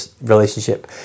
relationship